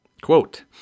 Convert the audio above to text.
Quote